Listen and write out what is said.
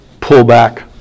pullback